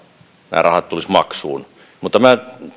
rahat tulisivat maksuun mutta minä